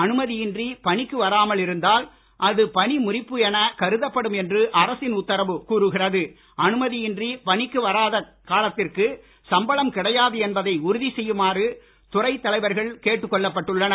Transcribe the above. அனுமதியின்றி பணிக்கு வராமல் இருந்தால் அது பணி முறிப்பு என கருதப்படும் என்று அரசின் உத்தரவு கூறுகிறது அனுமதியின்றி பணிக்கு வராத காலத்திற்கு சம்பளம் கிடையாது என்பதை உறுதி செய்யுமாறு துறைத் தலைவர்கள் கேட்டுக் கொள்ளப்பட்டுள்ளனர்